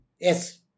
Yes